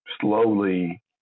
slowly